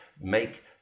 make